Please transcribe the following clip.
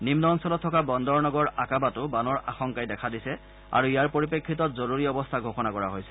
নিম্ন অঞ্চলত থকা বন্দৰ নগৰ আকাবাতো বানৰ আশংকাই দেখা দিছে আৰু ইয়াৰ পৰিপ্ৰেক্ষিতত জৰুৰী অৱস্থা ঘোষণা কৰা হৈছে